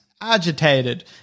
agitated